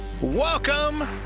Welcome